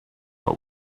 but